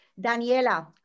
Daniela